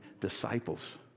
disciples